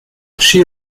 she